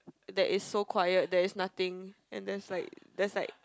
that is so quiet there is nothing and that's like that's like